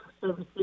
services